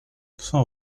sans